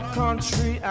country